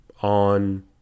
On